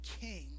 king